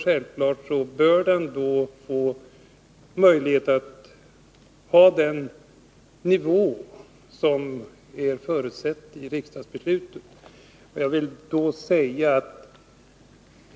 Självfallet bör den få möjlighet att drivas på den nivå som förutsatts i riksdagsbeslutet.